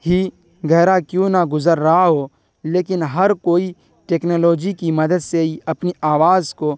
ہی گہرا کیوں نہ گزر رہا ہو لیکن ہر کوئی ٹیکنالوجی کی مدد سے ہی اپنی آواز کو